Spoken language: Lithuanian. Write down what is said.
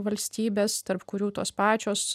valstybes tarp kurių tos pačios